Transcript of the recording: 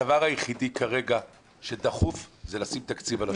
הדבר היחידי כרגע שדחוף הוא לשים תקציב על השולחן.